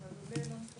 כן, אבל עולה לא מקבל.